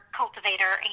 cultivator